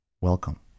Welcome